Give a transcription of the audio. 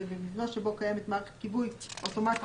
במבנה שבו קיימת מערכת כיבוי אוטומטי